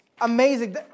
Amazing